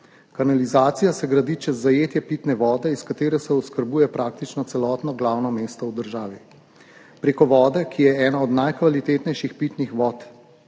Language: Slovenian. Kanalizacija se gradi čez zajetje pitne vode, iz katere se oskrbuje praktično celotno glavno mesto v državi, preko vode, ki je ena od najkvalitetnejših pitnih vod.